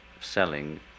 selling